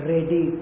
Ready